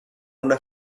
una